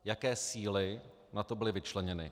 Jaké síly na to byly vyčleněny?